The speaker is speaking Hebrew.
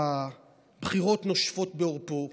הבחירות נושפות בעורפו,